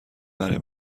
برای